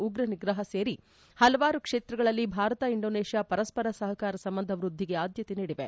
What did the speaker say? ಉಗ್ರ ನಿಗ್ರಹ ಸೇರಿ ಹಲವಾರು ಕ್ಷೇತ್ರಗಳಲ್ಲಿ ಭಾರತ ಇಂಡೋನೇಷ್ಟಾ ಪರಸ್ಪರ ಸಹಕಾರ ಸಂಬಂಧ ವೃದ್ದಿಗೆ ಆದ್ದತೆ ನೀಡಿವೆ